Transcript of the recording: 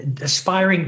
aspiring